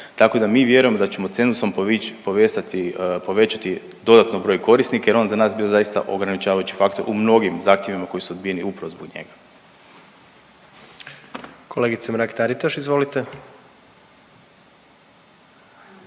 Tako da mi vjerujemo da ćemo cenzusom povećati dodatno broj korisnika, jer on je za nas bio zaista ograničavajući faktor u mnogim zahtjevima koji su odbijeni upravo zbog njega. **Jandroković, Gordan